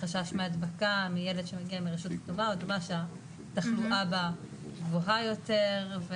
החשש מהדבקה מילד שמגיע מרשות כתומה או אדומה שהתחלואה בה גבוהה יותר,